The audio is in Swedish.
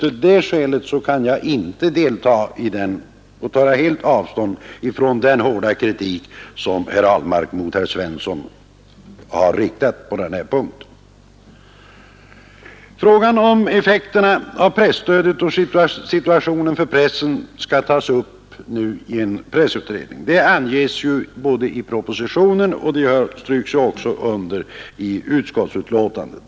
Av det skälet tar jag helt avstånd från den hårda kritik som herr Ahlmark på denna punkt riktade mot herr Svensson. Frågan om effekterna av presstödet och situationen för pressen skall tas upp i pressutredningen. Det anges i propositionen och det stryks också under i utskottsbetänkandet.